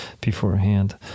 beforehand